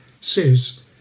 says